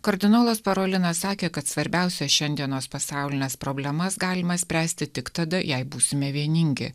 kardinolas parolinas sakė kad svarbiausias šiandienos pasaulines problemas galima spręsti tik tada jei būsime vieningi